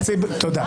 תודה.